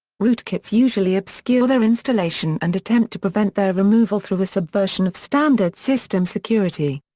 rootkits usually obscure their installation and attempt to prevent their removal through a subversion of standard system security.